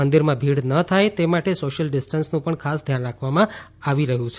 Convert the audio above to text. મંદિરમાં ભીડ ન થાય તે માટે સોશિયલ ડિસ્ટન્સનું પણ ખાસ ધ્યાન રાખવામાં આવી રહ્યું છે